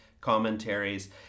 Commentaries